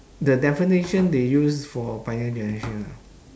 the definition they use for pioneer generation ah